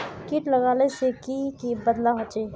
किट लगाले से की की बदलाव होचए?